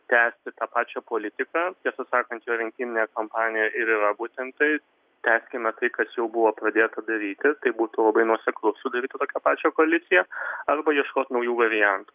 tęsti tą pačią politiką tiesą sakant jo rinkiminė kampanija ir yra būtent tai tęskime tai kas jau buvo pradėta daryti tai būtų labai nuoseklu sudaryti tokią pačią koaliciją arba ieškot naujų variantų